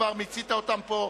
כבר מיצית אותם פה.